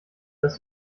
dass